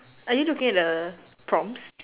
are you looking at the prompts